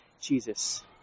jesus